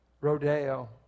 Rodeo